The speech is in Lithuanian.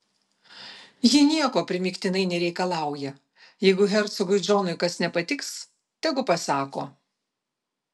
ji nieko primygtinai nereikalauja jeigu hercogui džonui kas nepatiks tegu pasako